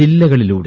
ജില്ലകളിലൂടെ